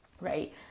right